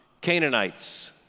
Canaanites